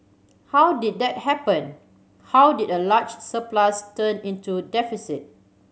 how did that happen how did a large surplus turn into deficit